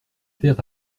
faire